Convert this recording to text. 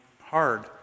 hard